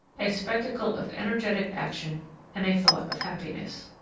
a spectacle of energetic action and a thought of happiness.